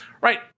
right